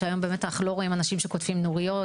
שהיום באמת אנחנו לא רואים אנשים שקוטפים נוריות,